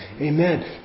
Amen